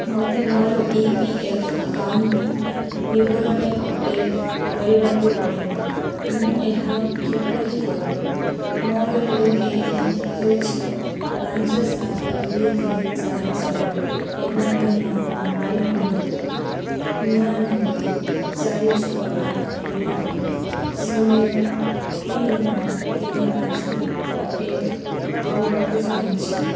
ମୋତେ ମୋର E P F account ବିବରଣୀ ଅପଡ଼େଟ୍ କରିବାକୁ ପଡ଼ିବ ମୁଁ ଏହା କିପରି କରିବି ମୋର ୟୁ ଏ ଏନ୍ ହେଉଛି ପାଞ୍ଚ ସାତ ଦୁଇ ତିନି ଚାରି ଚାରି ଏବଂ ମୁଁ ମୋର ମୋବାଇଲ ନମ୍ବରକୁ ନୂଆ ନମ୍ବର ଚାରି ଛଅ ଆଠ ଦୁଇ ଦୁଇ ଶୂନ୍ୟ ତିନି ନଅ ତିନି ପାଞ୍ଚକୁ ଅପଡ଼େଟ୍ କରିବାକୁ ଚାହୁଁଛି